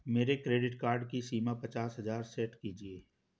मेरे credit card की सीमा पचास हजार सेट कीजिए